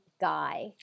guy